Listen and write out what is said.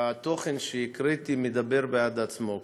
התוכן שהקראתי מדבר בעד עצמו.